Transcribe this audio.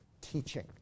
teaching